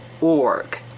org